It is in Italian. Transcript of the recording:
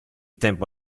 tempo